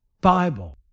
Bible